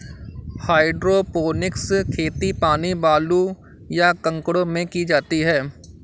hydroponics खेती पानी, बालू, या कंकड़ों में की जाती है